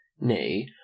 Nay